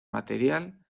material